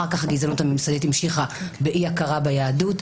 אחר כך הגזענות הממסדית המשיכה באי-הכרה ביהדות.